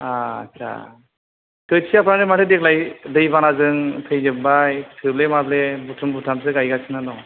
आटसा खोथियाफ्रानो माथो देग्लाय दैबाना जों थैजोब्बाय थोब्ले माब्ले बुथुम बुथामसो गायगासिनो दङ